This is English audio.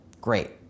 great